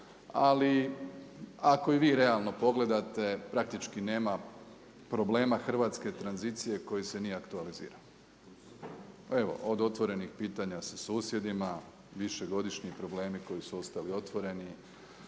ali ako i vi realno pogledate, praktički nema problema hrvatske tranzicije koji se nije aktualizirao. Evo od otvorenih pitanja sa susjedima, višegodišnji problemi koji su ostali otvoreni,